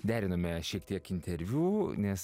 derinome šiek tiek interviu nes